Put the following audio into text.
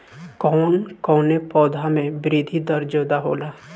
कवन कवने पौधा में वृद्धि दर ज्यादा होला?